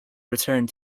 returned